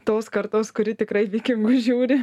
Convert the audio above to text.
tos kartos kuri tikrai vikingus žiūri